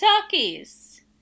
talkies